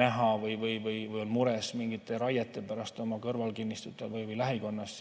näha, sest on mures mingite raiete pärast oma kõrvalkinnistutel või mujal lähikonnas,